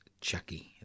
Chucky